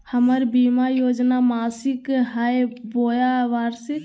हमर बीमा योजना मासिक हई बोया वार्षिक?